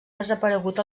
desaparegut